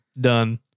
Done